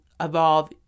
evolve